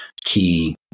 key